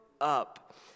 up